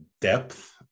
depth